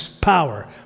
power